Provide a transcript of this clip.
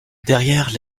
derrière